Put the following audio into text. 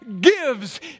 gives